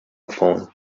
phone